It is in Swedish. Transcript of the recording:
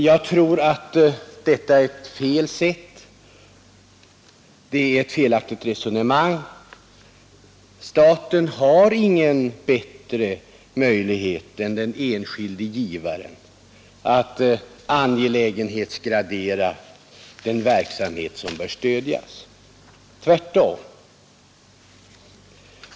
Detta tror jag är ett felaktigt resonemang. Staten har ingen bättre möjlighet än den enskilde givaren att angelägenhetsgradera den verksamhet som bör stödjas. Tvärtom.